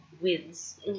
wins